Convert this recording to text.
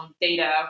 data